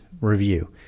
review